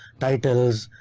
titles,